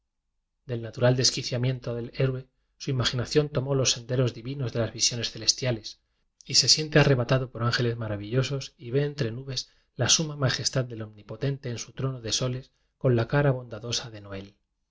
del natural desquiciamiento del heroe su imaginación tomó los senderos di vinos de las visiones celestiales y se sien te arrebatado por ángeles maravillosos y vé entre nubes la suma majestad del omni potente en su trono de soles con la cara bondadosa de ti